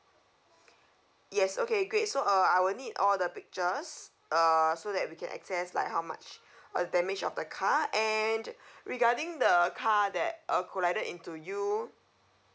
yes okay great so uh I will need all the pictures uh so that we can access like how much uh damage of the car and regarding the car that uh collided into you